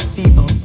people